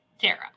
Sarah